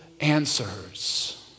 answers